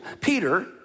Peter